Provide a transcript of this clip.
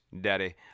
daddy